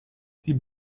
sie